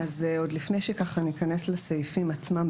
עוד לפני שניכנס לסעיפים עצמם,